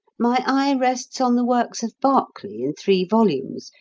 my eye rests on the works of berkeley in three volumes,